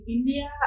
India